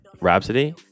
Rhapsody